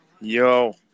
Yo